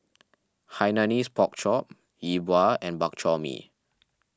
Hainanese Pork Chop Yi Bua and Bak Chor Mee